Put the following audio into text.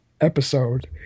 episode